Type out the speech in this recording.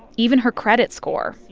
even her credit score,